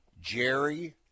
Jerry